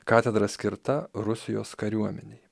katedra skirta rusijos kariuomenei